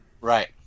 Right